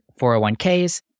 401ks